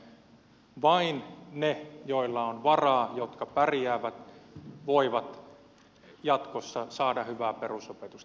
teidän linjallanne vain ne joilla on varaa jotka pärjäävät voivat jatkossa saada hyvää perusopetusta